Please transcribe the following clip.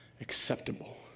acceptable